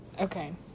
Okay